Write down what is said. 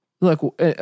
Look